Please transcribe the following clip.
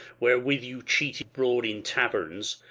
wherewith you cheat abroad in taverns.